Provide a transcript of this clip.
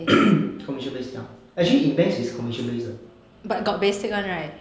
commission based ya actually in banks is commission based 的